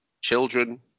children